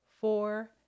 four